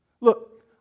Look